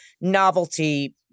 novelty